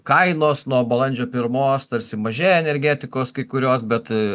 kainos nuo balandžio pirmos tarsi mažėja energetikos kai kurios bet